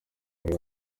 bari